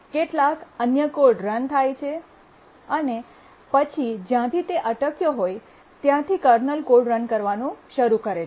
કેટલાક અન્ય code run થાય છે અને પછી જ્યાંથી તે અટક્યો ત્યાંથી કર્નલ કોડ રન કરવાનું શરૂ કરે છે